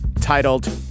titled